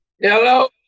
Hello